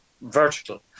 vertical